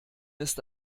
ist